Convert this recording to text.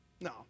No